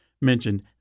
mentioned